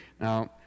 Now